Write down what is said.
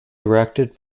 directed